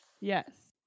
Yes